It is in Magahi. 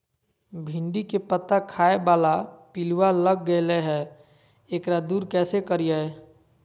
भिंडी के पत्ता खाए बाला पिलुवा लग गेलै हैं, एकरा दूर कैसे करियय?